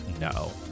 no